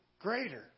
greater